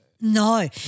No